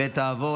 התשפ"ג 2023,